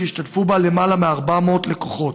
והשתתפו בהם למעלה מ-400 לקוחות.